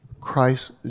Christ